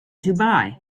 dubai